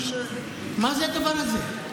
ונותנים למי, מה זה הדבר הזה?